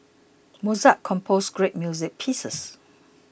Mozart composed great music pieces